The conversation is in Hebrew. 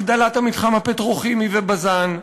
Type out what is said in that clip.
הגדלת המתחם הפטרוכימי ובז"ן,